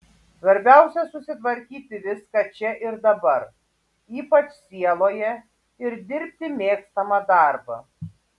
svarbiausia susitvarkyti viską čia ir dabar ypač sieloje ir dirbti mėgstamą darbą